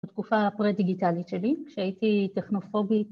תקופה הפרדיגיטלית שלי, כשהייתי טכנופובית